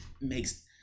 makes